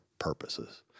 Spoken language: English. purposes